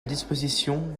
disposition